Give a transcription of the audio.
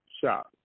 shot